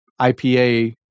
IPA